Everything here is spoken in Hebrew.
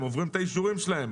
הם עוברים את האישורים שלהם.